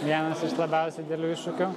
vienas iš labiausiai didelių iššūkių